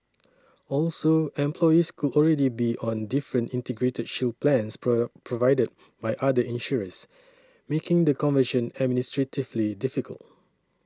also employees could already be on different Integrated Shield plans pro provided by other insurers making the conversion administratively difficult